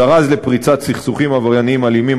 זרז לפריצת סכסוכים עברייניים אלימים,